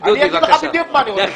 אני אגיד לך בדיוק מה אני רוצה שנעשה.